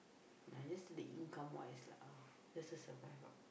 ah just the income wise lah just to survive